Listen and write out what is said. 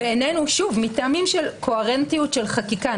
בעינינו מטעמים של קוהרנטיות של חקיקה.